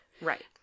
Right